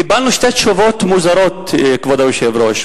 קיבלנו שתי תשובות מוזרות, כבוד היושב-ראש,